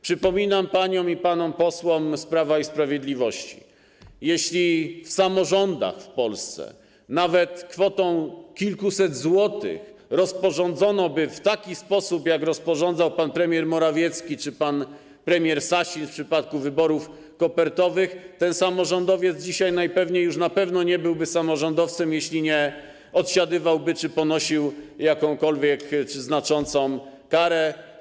Przypominam paniom i panom posłom z Prawa i Sprawiedliwości, że jeśli w samorządach w Polsce kwotą nawet kilkuset złotych rozporządzono by w taki sposób, jak rozporządzał pan premier Morawiecki czy pan premier Sasin w przypadku wyborów kopertowych, to ten samorządowiec dzisiaj najpewniej nie byłby już samorządowcem - jeśli nie odsiadywałby wyroku, to ponosiłby jakąkolwiek, a nawet znaczącą karę.